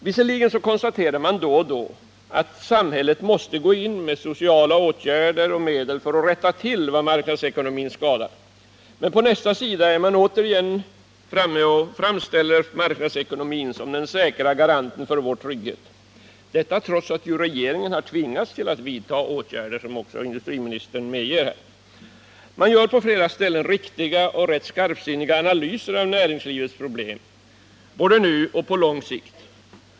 Visserligen konstaterar man då och då att samhället måste gå in med sociala åtgärder och medel för att rätta till vad marknadsekonomin skadar, men på nästa sida framställer man återigen marknadsekonomin som den säkra garanten för vår trygghet — detta trots att regeringen tvingats till att vidta åtgärder, som industriministern också medger här. Man gör på flera ställen riktiga och rätt skarpsinniga analyser av näringslivets problem, både nu och på lång sikt.